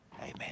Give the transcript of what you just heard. Amen